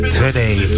today